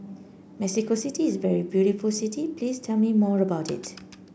Mexico City is a very beautiful city please tell me more about it